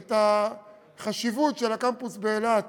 על החשיבות של הקמפוס באילת